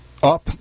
up